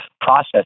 process